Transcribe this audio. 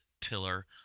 pillar